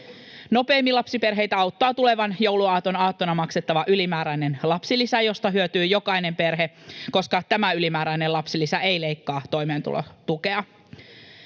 Nopeimmin lapsiperheitä auttaa tulevan jouluaaton aattona maksettava ylimääräinen lapsilisä, josta hyötyy jokainen perhe, koska tämä ylimääräinen lapsilisä ei leikkaa toimeentulotukea.